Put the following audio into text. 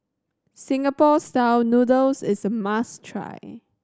Singapore Style Noodles is a must try